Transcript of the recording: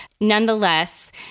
Nonetheless